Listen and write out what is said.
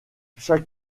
chaque